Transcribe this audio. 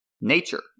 Nature